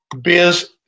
Biz